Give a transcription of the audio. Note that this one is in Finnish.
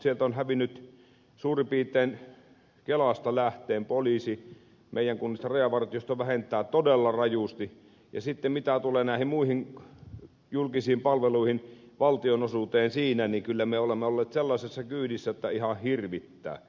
sieltä on hävinnyt suurin piirtein kelasta lähtien kaikki poliisi meidän kunnastamme rajavartiosto vähentää todella rajusti ja mitä tulee näihin muihin julkisiin palveluihin valtionosuuteen niissä niin kyllä me olemme olleet sellaisessa kyydissä että ihan hirvittää